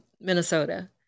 Minnesota